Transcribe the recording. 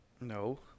No